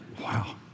wow